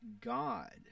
God